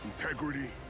integrity